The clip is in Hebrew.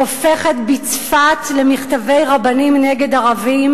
הופכת בצפת למכתבי רבנים נגד ערבים